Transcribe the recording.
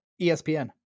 ESPN